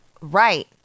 right